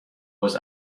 was